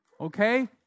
Okay